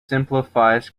simplifies